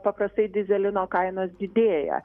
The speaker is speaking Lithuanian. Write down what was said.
paprastai dyzelino kainos didėja